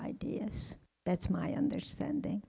ideas that's my understanding